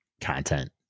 content